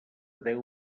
deu